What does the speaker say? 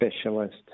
specialist